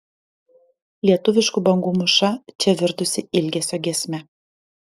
lietuviškų bangų mūša čia virtusi ilgesio giesme